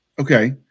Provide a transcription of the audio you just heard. Okay